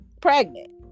pregnant